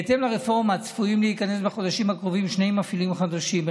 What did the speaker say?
בהתאם לרפורמה צפויים להיכנס בחודשים הקרובים שני מפעילים חדשים,